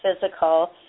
physical